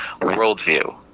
worldview